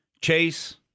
Chase